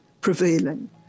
prevailing